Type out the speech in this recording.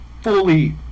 fully